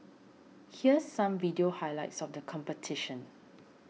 here's some video highlights of the competition